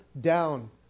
down